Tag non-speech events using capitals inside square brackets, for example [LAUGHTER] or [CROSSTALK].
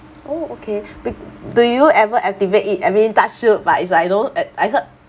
oh okay [BREATH] bec~ do you ever activate it I mean touch wood but is I know at I heard